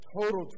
total